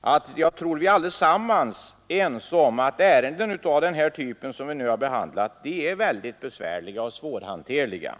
att vi allesammans — säkerligen — är ense om att ärenden av den här typen är mycket besvärliga och svårhanterliga.